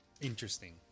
Interesting